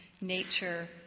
nature